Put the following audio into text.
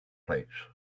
plates